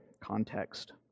context